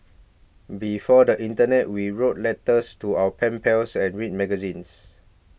before the internet we wrote letters to our pen pals and read magazines